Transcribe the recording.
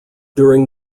during